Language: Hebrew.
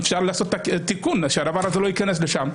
אפשר לעשות את התיקון כדי שהדבר הזה לא ייכנס לשם.